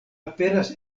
aperas